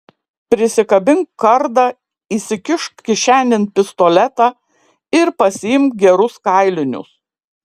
prisikabink kardą įsikišk kišenėn pistoletą ir pasiimk gerus kailinius